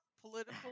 political